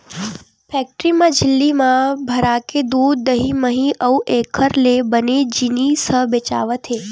factory म झिल्ली म भराके दूद, दही, मही अउ एखर ले बने जिनिस ह बेचावत हे